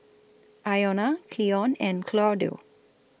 Iona Cleon and Claudio